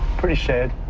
pretty sad.